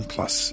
Plus